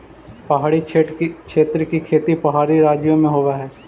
पहाड़ी क्षेत्र की खेती पहाड़ी राज्यों में होवअ हई